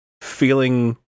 feeling